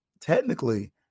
technically